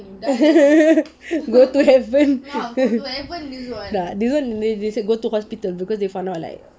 go to heaven ya this this [one] they say go to hospital because they found out like